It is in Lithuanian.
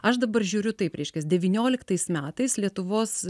aš dabar žiūriu taip reiškias devynioliktais metais lietuvos